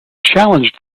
challenged